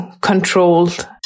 controlled